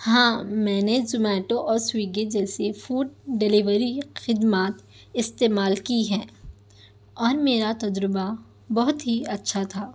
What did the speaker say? ہاں میں نے زومیٹو اور سوگی جیسی فوڈ ڈلیوری خدمات استعمال کی ہیں اور میرا تجربہ بہت ہی اچھا تھا